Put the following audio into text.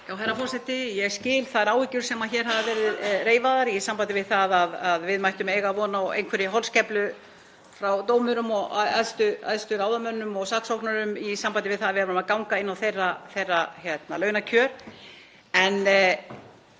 Herra forseti. Ég skil þær áhyggjur sem hafa verið reifaðar í sambandi við það að við mættum eiga von á einhverri holskeflu frá dómurum og æðstu ráðamönnum og saksóknurum í sambandi við það að við erum að ganga inn á þeirra launakjör. En